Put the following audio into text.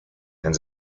and